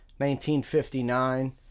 1959